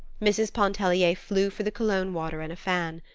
mrs. pontellier flew for the cologne water and a fan.